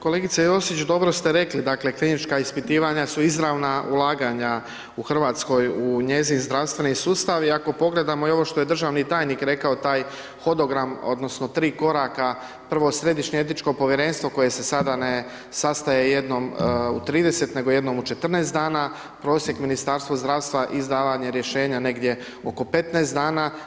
Kolegice Josić dobro ste rekli, dakle, klinička ispitivanja su izravna ulaganja u Hrvatskoj, u njezin zdravstveni sustav, i ako pogledamo i ovo što je državni tajnik rekao taj hodogram, odnosno, 3 koraka, prvo središnje etičko povjerenstvo, koje se sada ne sastaje jednom u 30, nego jednom u 14 dana, prosjek Ministarstva zdravstva i izdavanje rješenja, negdje oko 15 dana.